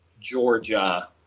Georgia